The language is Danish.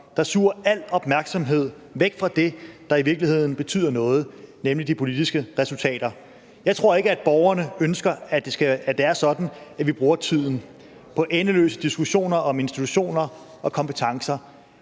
der suger al opmærksomhed væk fra det, der i virkeligheden betyder noget, nemlig de politiske resultater. Jeg tror ikke, at borgerne ønsker, at vi skal bruge tiden på endeløse diskussioner om institutioner og kompetencer.